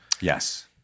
Yes